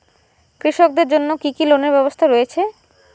কৃষকদের জন্য কি কি লোনের ব্যবস্থা রয়েছে?